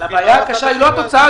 אבל הבעיה הקשה היא לא התוצאה,